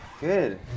Good